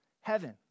heaven